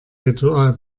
ritual